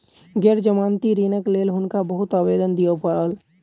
गैर जमानती ऋणक लेल हुनका बहुत आवेदन दिअ पड़ल